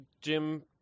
Jim